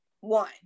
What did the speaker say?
one